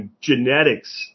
genetics